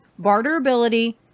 barterability